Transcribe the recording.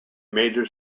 major